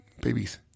babies